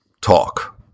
talk